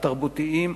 התרבותיים,